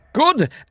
Good